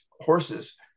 horses